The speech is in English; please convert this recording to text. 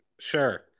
Sure